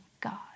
God